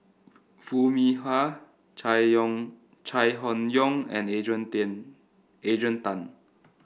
Foo Mee Har Chai Yoong Chai Hon Yoong and Adrian Adrian Tan